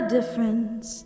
difference